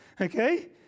Okay